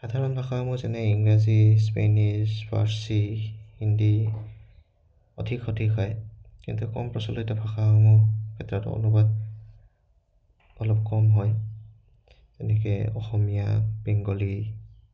সাধাৰণ ভাষাসমূহ যেনে ইংৰাজী স্পেনিছ ফাৰ্চী হিন্দী অধিক সঠিক হয় কিন্তু কম প্ৰচলিত ভাষাসমূহৰ ক্ষেত্ৰত অনুবাদ অলপ কম হয় যেনেকৈ অসমীয়া বেংগলী